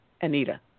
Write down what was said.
Anita